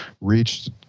reached